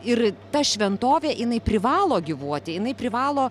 ir ta šventovė jinai privalo gyvuoti jinai privalo